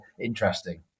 interesting